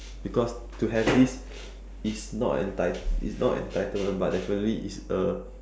because to have this is not enti~ is not entitled but definitely is a